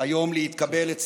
היום להתקבל, לצערי,